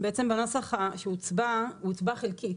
בעצם בנוסח שהוצבע, הוא הוצבע חלקית.